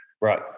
Right